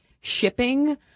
shipping